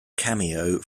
cameo